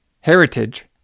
heritage